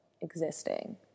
existing